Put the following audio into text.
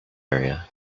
area